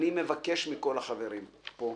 אני מבקש מכל החברים פה,